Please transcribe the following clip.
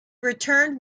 returned